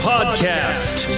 Podcast